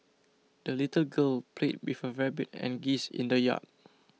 the little girl played with her rabbit and geese in the yard